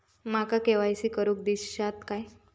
माका के.वाय.सी करून दिश्यात काय?